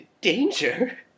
Danger